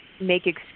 make